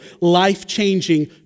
life-changing